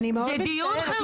זה דיון חירום.